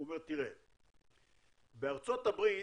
הוא אומר: בארצות הברית